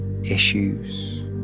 issues